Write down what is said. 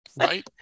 right